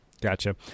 gotcha